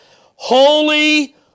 Holy